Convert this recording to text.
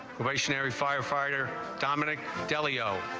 stationary firefighter dominic deleo